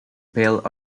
pale